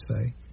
say